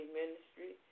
ministry